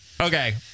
Okay